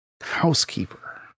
Housekeeper